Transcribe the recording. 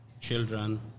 children